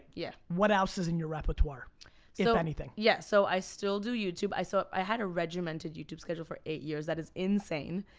yeah what else is in your repertoire if you know anything? yeah so i still do youtube. i so um i had a regimented youtube schedule for eight years that is insane.